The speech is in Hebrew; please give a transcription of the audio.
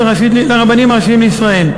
לרבנים הראשיים לישראל.